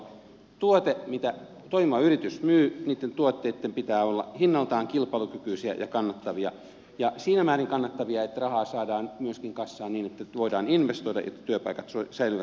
niitten tuotteitten mitä toimiva yritys myy pitää olla hinnaltaan kilpailukykyisiä ja kannattavia ja siinä määrin kannattavia että rahaa saadaan myöskin kassaan niin että voidaan investoida jotta työpaikat säilyvät tulevaisuudessa